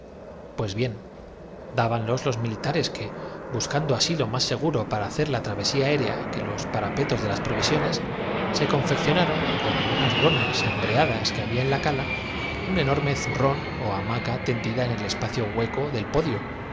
pues bien dábanlos los milites que buscando benjamín en qué día creen ustedes que vivimos asilo más seguro para hacer la travesía aérea que los lo que es para nosotros siempre es martesre parapetos de las provisiones se confeccionaron con puso juanita unas lonas embreadas que había en la cala un enorme una segunda conmoción aumentó la alarma el ar zurrón ó hamaca tendida en el espacio hueco del po